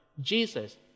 Jesus